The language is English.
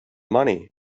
money